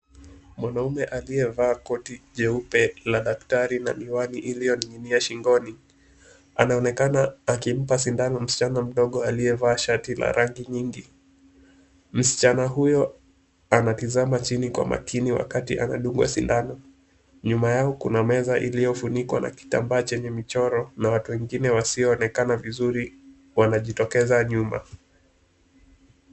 Mwanaume aliyevaa koti jeupe la daktari na miwani iliyoning'inia shingoni, anaonekana akimpa sindano msichana mdogo aliyevaa shati la rangi nyingi. Msichana huyo anatizama chini Kwa makini wakati anadungwa sindano. Nyuma yao kuna meza iliyofunikwa na kitambaa chenye michoro na watu wengine wasioonekana vizuri wanajitokeza nyuma.